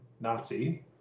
Nazi